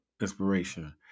Inspiration